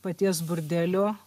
paties burdelio